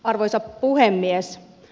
arvoisa puhemies